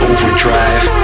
Overdrive